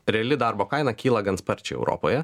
reali darbo kaina kyla gan sparčiai europoje